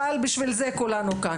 אבל בשביל זה כולנו כאן.